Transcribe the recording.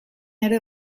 ere